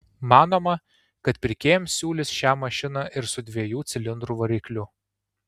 manoma kad pirkėjams siūlys šią mašiną ir su dviejų cilindrų varikliu